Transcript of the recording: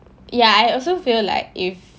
ya I also feel like if